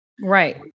Right